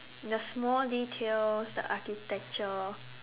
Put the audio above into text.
the small details the architecture